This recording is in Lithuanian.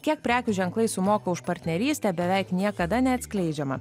kiek prekių ženklai sumoka už partnerystę beveik niekada neatskleidžiama